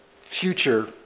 future